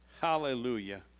Hallelujah